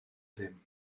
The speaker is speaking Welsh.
ddim